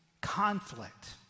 conflict